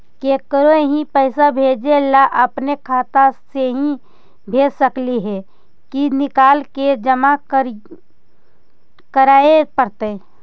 केकरो ही पैसा भेजे ल अपने खाता से ही भेज सकली हे की निकाल के जमा कराए पड़तइ?